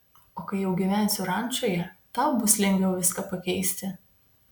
o kai jau gyvensiu rančoje tau bus lengviau viską pakeisti